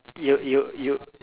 you you you